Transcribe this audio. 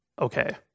okay